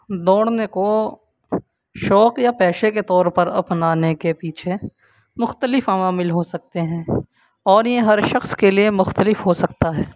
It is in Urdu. دوڑنے کو شوق یا پیشے کے طور پر اپنانے کے پیچھے مختلف عوامل ہو سکتے ہیں اور یہ ہر شخص کے لیے مختلف ہو سکتا ہے